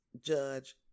judge